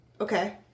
Okay